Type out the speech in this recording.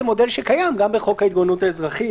מודל שקיים גם בחוק ההתגוננות האזרחית,